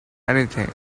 anything